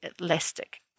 elastic